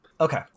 Okay